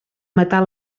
matar